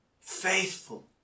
faithful